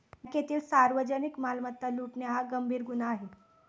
बँकेतील सार्वजनिक मालमत्ता लुटणे हा गंभीर गुन्हा आहे